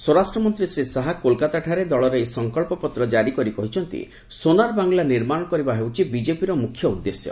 ସ୍ୱରାଷ୍ଟ୍ରମନ୍ତୀ ଶ୍ରୀ ଶାହା କୋଲକାତାଠାରେ ଦଳର ଏହି ସଂକଳ୍ପପତ୍ର କାରି କରି କହିଛନ୍ତି ସୋନାର ବାଂଗଲା ନିର୍ମାଣ କରିବା ହେଉଛି ବିଜେପିର ମୁଖ୍ୟ ଉଦ୍ଦେଶ୍ୟ